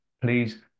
please